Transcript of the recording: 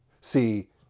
See